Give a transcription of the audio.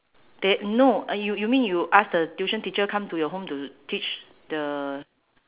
then no uh you you mean you ask the tuition teacher come to your home to teach the